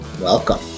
welcome